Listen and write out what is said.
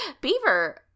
beaver